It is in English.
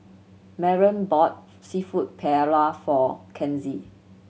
Maren bought Seafood Paella for Kenzie